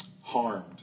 harmed